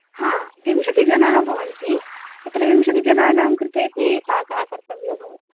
हा विंशतिजनाः भवन्ति तत्र विंशतिजनानां कृते अपि पाकः कर्तव्यः भवति